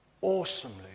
awesomely